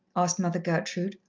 asked mother gertrude.